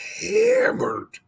hammered